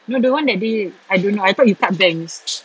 no the one that day I don't know I thought you cut bangs